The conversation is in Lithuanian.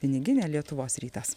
piniginę lietuvos rytas